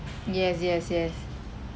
yes yes yes